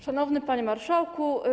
Szanowny Panie Marszałku!